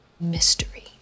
Mystery